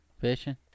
fishing